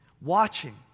watching